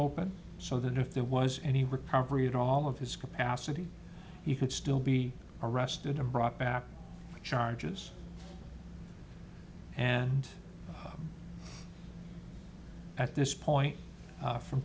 open so that if there was any recovery at all of his capacity he could still be arrested and brought back charges and at this point from